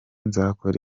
nzakora